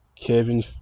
Kevin